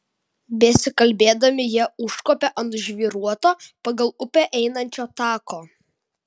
besikalbėdami jie užkopė ant žvyruoto pagal upę einančio tako